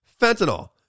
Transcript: Fentanyl